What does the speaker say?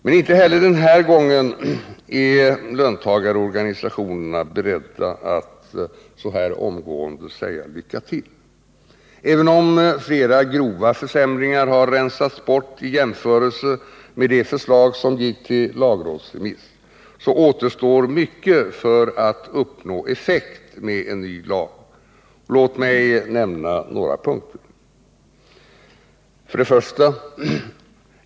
Men inte heller den här gången är löntagarorganisationerna beredda att omgående säga ”lycka till”. Även om flera grova försämringar rensats bort i jämförelse med det förslag som gick till lagrådsremiss, återstår mycket för att uppnå effekt med en ny lag. Låt mig nämna några punkter: 1.